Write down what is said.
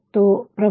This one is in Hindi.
तो प्रवाह